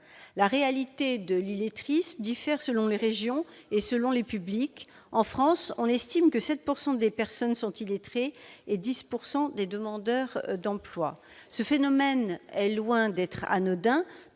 La réalité de l'illettrisme diffère selon les régions et selon les publics. En France, on estime que 7 % des personnes sont « illettrées » et 10 % des demandeurs d'emploi. Ce phénomène est loin d'être anodin